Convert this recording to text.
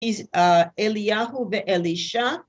‫אליהו ואלישה.